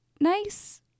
nice